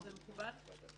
זה מקובל?